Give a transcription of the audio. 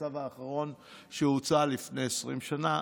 הצו האחרון שהוצא היה לפני 20 שנה.